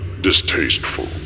distasteful